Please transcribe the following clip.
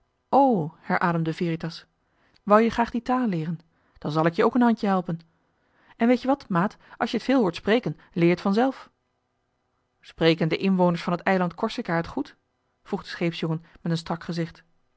herademde veritas wou je graag die taal leeren dan zal ik je ook een handje helpen en joh h been paddeltje de scheepsjongen van michiel de ruijter weet-je maat als je t veel hoort spreken leer je t vanzelf spreken de inwoners van het eiland corsica het goed vroeg de scheepsjongen met een strak gezicht